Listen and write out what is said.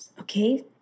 Okay